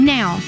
Now